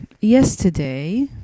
yesterday